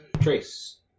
Trace